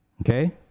okay